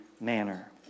manner